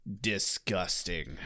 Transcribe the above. disgusting